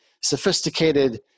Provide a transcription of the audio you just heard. sophisticated